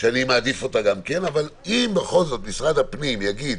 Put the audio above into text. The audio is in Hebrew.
שאני מעדיף, אבל אם בכל זאת משרד הפנים יגיד